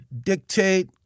dictate